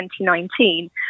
2019